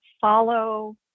follow